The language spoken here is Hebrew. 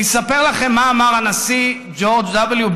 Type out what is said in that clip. אני אספר לכם מה אמר הנשיא ג'ורג' וו.